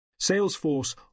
Salesforce